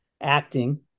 acting